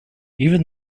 even